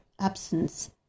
absence